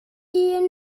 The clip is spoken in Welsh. iawn